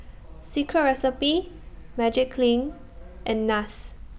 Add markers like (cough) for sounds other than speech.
(noise) Secret Recipe Magiclean and Nars